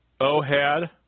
Ohad